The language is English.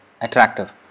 attractive